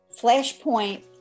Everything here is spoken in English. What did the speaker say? Flashpoint